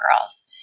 girls